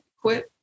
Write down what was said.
quit